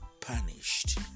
punished